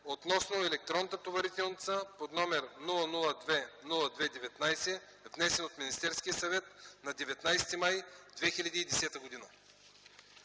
относно електронната товарителница, № 002-02-19, внесен от Министерския съвет на 19 май 2010 г.”